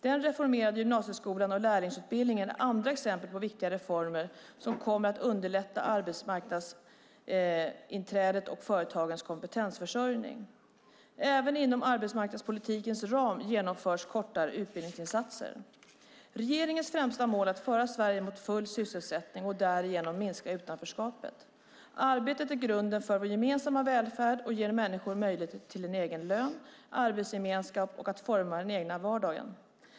Den reformerade gymnasieskolan och lärlingsutbildningen är andra exempel på viktiga reformer som kommer att underlätta arbetsmarknadsinträdet och företagens kompetensförsörjning. Även inom arbetsmarknadspolitikens ram genomförs kortare utbildningsinsatser. Regeringens främsta mål är att föra Sverige mot full sysselsättning och därigenom minska utanförskapet. Arbetet är grunden för vår gemensamma välfärd och ger människor möjlighet till egen lön, arbetsgemenskap och att forma den egna vardagen.